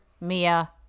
Mia